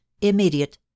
Immediate